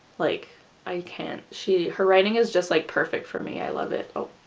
like i can't she her writing is just like perfect for me, i love it, oh